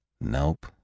Nope